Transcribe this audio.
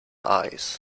eyes